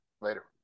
Later